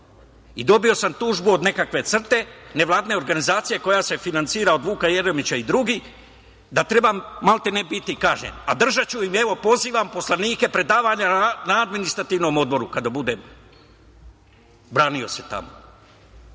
gospodo. Dobio sam tužbu od nekakve CRTA nevladine organizacije koja se finansira od Vuka Jeremića i drugih da trebam maltene biti kažnjen a držaću im, evo pozivam, poslanike predavanja na Administrativnom odboru kada budem branio se tamo.